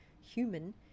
human